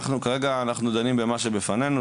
כרגע אנחנו דנים במה שבפנינו,